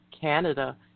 Canada